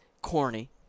corny